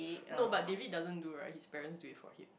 no but David doesn't do right his parents do it for him